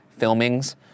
filmings